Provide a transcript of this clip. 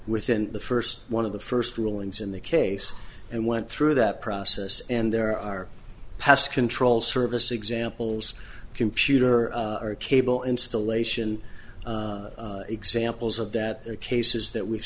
within the first one of the first rulings in the case and went through that process and there are pest control service examples computer or cable installation examples of that are cases that we've